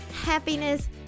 happiness